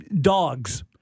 dogs